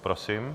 Prosím.